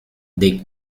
dei